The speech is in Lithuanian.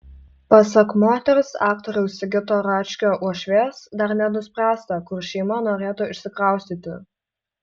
pasak moters aktoriaus sigito račkio uošvės dar nenuspręsta kur šeima norėtų išsikraustyti